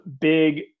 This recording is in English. big